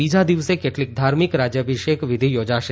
બીજા દિવસે કેટલીક ધાર્મિક રાજ્યભિષેક વિધી યોજાશે